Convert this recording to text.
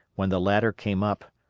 when the latter came up,